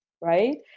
Right